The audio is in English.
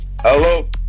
Hello